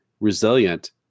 resilient